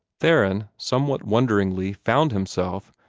theron, somewhat wonderingly, found himself,